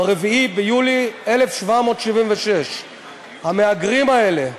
ב-4 ביולי 1776. המהגרים האלה,